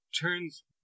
turns